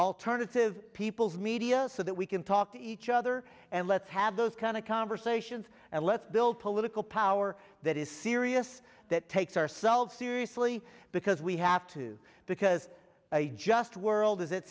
alternative people's media so that we can talk to each other and let's have those kind of conversations and let's build political power that is serious that takes ourselves seriously because we have to because a just world is at